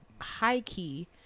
high-key